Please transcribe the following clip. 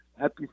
Happy